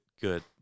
good